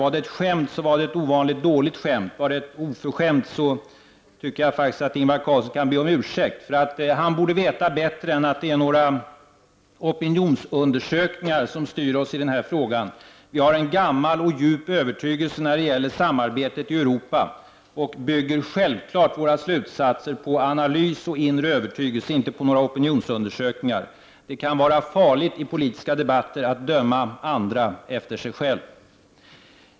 Var det ett skämt, så var det ett ovanligt dåligt skämt; var det oförskämt så tycker jag faktiskt att Ingvar Carlsson kan be om ursäkt. Han borde veta bättre än att det är några opinionsundersökningar som styr oss i denna fråga. Vi har en gammal och djup övertygelse när det gäller samarbetet i Europa. Vi bygger självklart våra slutsatser på analys och inre övertygelse, och inte på några opinionsundersökningar. Det kan vara farligt i politiska debatter att döma andra efter sig själv.